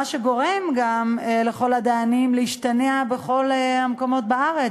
מה שגם גורם לכל הדיינים להשתנע בכל המקומות בארץ